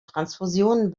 transfusionen